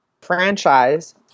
franchise